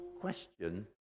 question